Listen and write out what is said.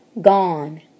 gone